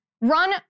run